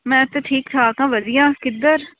ਮੈਂ ਤਾਂ ਠੀਕ ਠਾਕ ਹਾਂ ਵਧੀਆ ਕਿੱਧਰ